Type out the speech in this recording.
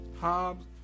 Hobbs